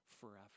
forever